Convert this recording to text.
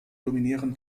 dominieren